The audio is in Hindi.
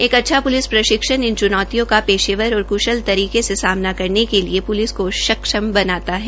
एक अच्छा प्लिस प्रशिक्षण इन च्नौतियों का पेशेवर और कृशल तरीके से सामना करने के लिए प्लिस को सक्षम बनाता है